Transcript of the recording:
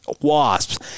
wasps